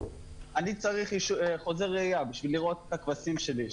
אני צריך חוזה רעייה בשביל לרעות את הכבשים שלי,